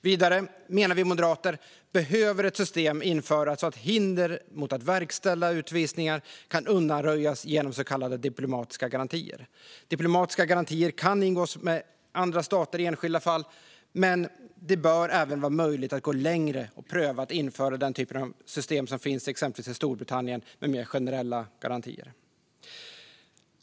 Vidare, menar vi moderater, behöver ett system införas så att hinder mot att verkställa utvisningar kan undanröjas genom så kallade diplomatiska garantier. Diplomatiska garantier kan ingås med andra stater i enskilda fall, men det bör även vara möjligt att gå längre och pröva att införa den typ av system som finns exempelvis i Storbritannien med mer generella garantier.